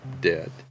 dead